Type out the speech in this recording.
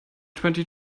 twenty